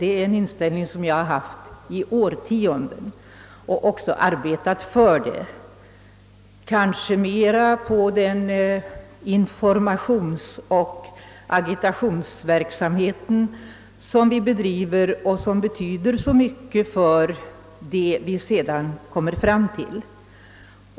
Det är en inställning som jag har haft i årtionden och också arbetat för, kanske mera i den informationsoch agitationsverksamhet som vi bedriver och som betyder så mycket för de resultat vi sedan kommer till.